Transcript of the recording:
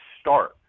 start